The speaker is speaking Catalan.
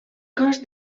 cos